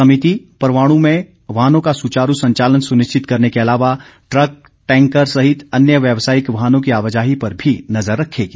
समिति परवाणू में वाहनों का सुचारू संचालन सुनिश्चित करने के अलावा ट्रक टैंकर सहित अन्य व्यवसायिक वाहनों की आवाजाही पर भी नज़र रखेगी